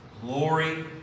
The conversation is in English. glory